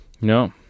No